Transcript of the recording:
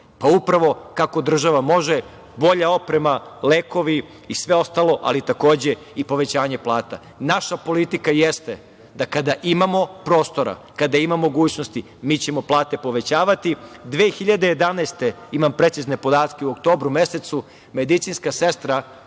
Pa, upravo kako država može, bolja oprema, lekovi i sve ostalo, ali takođe i povećanje plata. Naša politika jeste da kada imamo prostora, kada ima mogućnosti mi ćemo plate povećavati. Godine 2011. imam precizne podatke u oktobru mesecu medicinska sestra